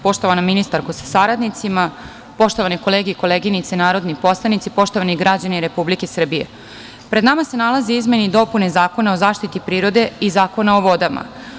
Poštovana ministarko sa saradnicima, poštovane kolege i koleginice narodni poslanici, poštovani građani Republike Srbije, pred nama se nalaze izmene i dopune Zakona o zaštiti prirode i Zakona o vodama.